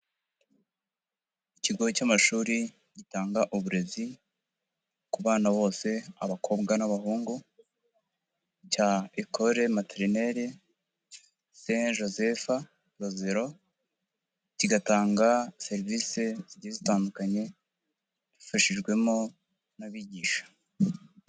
Ikigo cy'amashuri, gitanga uburezi. Ku bana bose abakobwa n'abahungu. Cya ecole materinere, sainte Josepha Rosero. Kigatanga serivisi zigiye zitandukanye, ifashijwemo n'bigisha.